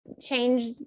changed